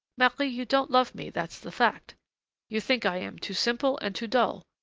marie, you don't love me, that's the fact you think i am too simple and too dull.